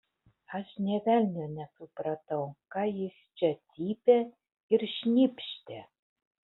aš nė velnio nesupratau ką jis čia cypė ir šnypštė